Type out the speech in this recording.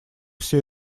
все